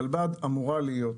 הרלב"ד אמורה להיות